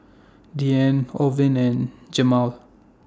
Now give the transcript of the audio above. Deanne Orvin and Jemal